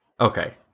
Okay